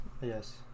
Yes